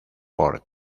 por